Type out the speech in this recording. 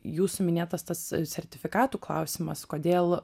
jūsų minėtas tas sertifikatų klausimas kodėl